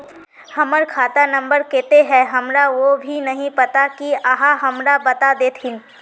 हमर खाता नम्बर केते है हमरा वो भी नहीं पता की आहाँ हमरा बता देतहिन?